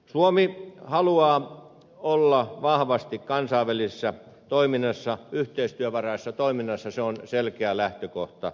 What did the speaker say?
suomi haluaa olla vahvasti mukana kansainvälisessä toiminnassa yhteistyövaraisessa toiminnassa se on selkeä lähtökohta